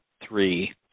three